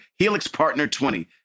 HelixPartner20